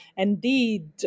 indeed